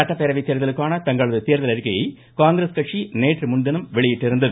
சட்டப்பேரவைத் தேர்தலுக்கான தங்களது தேர்தல் அறிக்கையை காங்கிரஸ் கட்சி நேற்று முன்தினம் வெளியிட்டிருந்தது